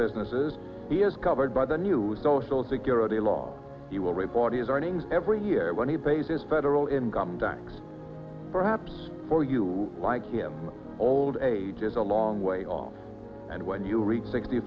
businesses he is covered by the new social security law he will reap audi's earnings every year when he pays his federal income tax perhaps for you like him old age is a long way off and when you reach sixty